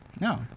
No